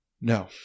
No